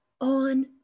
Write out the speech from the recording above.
on